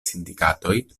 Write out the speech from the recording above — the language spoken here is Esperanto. sindikatoj